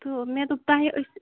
تہٕ مےٚ دوٚپ تۄہہِ أسۍ